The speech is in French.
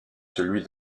celui